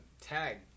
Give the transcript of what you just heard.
tag